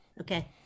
Okay